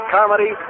Comedy